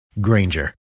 Granger